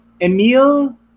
emil